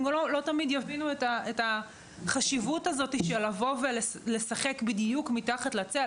הם גם לא תמיד יבינו את החשיבות של לבוא ולשחק בדיוק מתחת לצל.